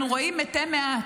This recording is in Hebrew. אנחנו רואים מתי מעט.